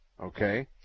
okay